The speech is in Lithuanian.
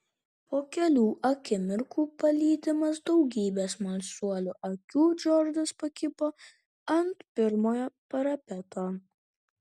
po kelių akimirkų palydimas daugybės smalsuolių akių džordžas pakibo ant pirmojo parapeto